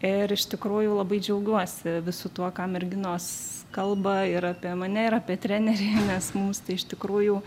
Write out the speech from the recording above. ir iš tikrųjų labai džiaugiuosi visu tuo ką merginos kalba ir apie mane ir apie trenerį nes mums tai iš tikrųjų